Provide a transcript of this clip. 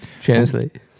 translate